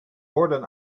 worden